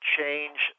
change